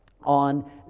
on